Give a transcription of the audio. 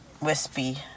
wispy